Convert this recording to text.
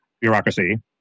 bureaucracy